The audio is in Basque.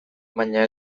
baina